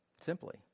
simply